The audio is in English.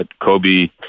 Kobe